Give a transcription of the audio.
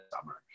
summer